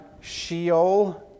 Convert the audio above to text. Sheol